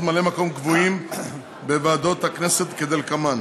ממלאי-מקום קבועים בוועדות הכנסת כדלקמן: